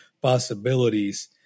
possibilities